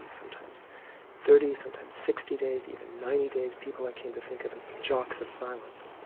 and sometimes thirty, sometimes sixty days even ninety days, people i came to think of as the jocks of silence.